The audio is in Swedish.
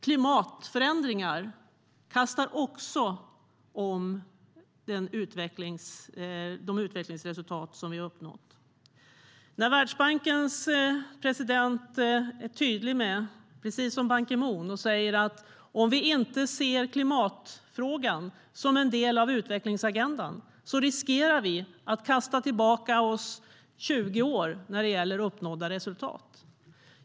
Klimatförändringar kastar också om de utvecklingsresultat som vi har uppnått. Världsbankens president är tydlig, precis som Ban Ki Moon, och säger att om vi inte ser klimatfrågan som en del av utvecklingsagendan riskerar vi att kasta oss tillbaka 20 år när det gäller uppnådda resultat.